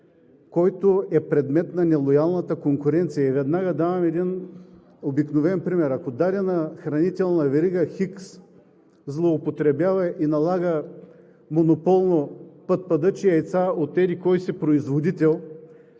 който е предмет на нелоялната конкуренция. Веднага давам един обикновен пример. Ако дадена хранителна верига „Х“ злоупотребява и налага монополно пъдпъдъчи яйца от еди-кой си производител,